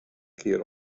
kear